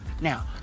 Now